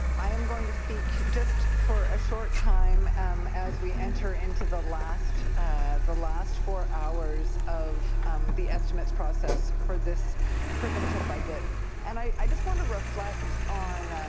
i am going to speak just for a short time as we enter into the last the last four hours of the estimates process for this provincial budget and i just want to reflect on